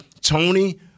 Tony